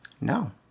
No